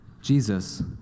Jesus